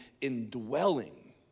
indwelling